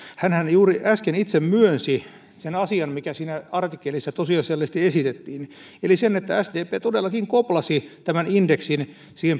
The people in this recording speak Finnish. hänhän juuri äsken itse myönsi sen asian mikä siinä artikkelissa tosiasiallisesti esitettiin eli sen että sdp todellakin koplasi tämän indeksin